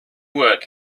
work